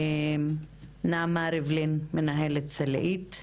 נעמה ריבלין, מנהלת סלעית.